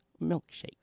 Milkshake